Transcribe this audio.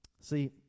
See